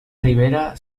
ribera